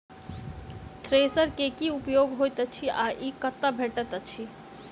Thresher केँ की उपयोग होइत अछि आ ई कतह भेटइत अछि?